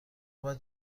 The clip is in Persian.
باید